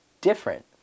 different